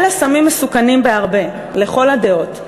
אלה סמים מסוכנים בהרבה, לכל הדעות.